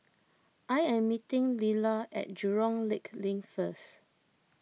I am meeting Leala at Jurong Lake Link first